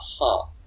aha